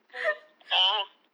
uh